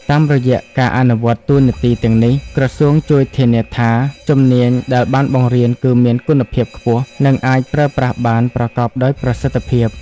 តាមរយៈការអនុវត្តតួនាទីទាំងនេះ ក្រសួងជួយធានាថាជំនាញដែលបានបង្រៀនគឺមានគុណភាពខ្ពស់ និងអាចប្រើប្រាស់បានប្រកបដោយប្រសិទ្ធភាព។